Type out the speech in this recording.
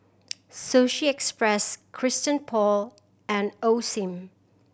Sushi Express Christian Paul and Osim